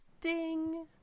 Ding